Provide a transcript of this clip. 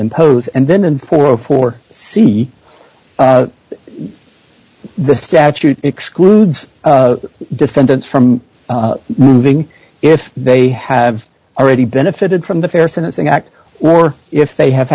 impose and then and for for see the statute excludes defendants from moving if they have already benefited from the fair sentencing act or if they have